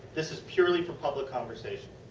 this is purely for public conversation.